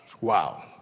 Wow